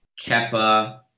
Keppa